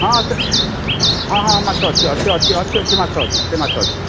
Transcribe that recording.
ହଁ ସେ ହଁ ହଁ ମାଛ ଅଛି ଅଛି ଅଛି ଅଛି ମାଛ ଅଛି ସେ ମାଛ ଅଛି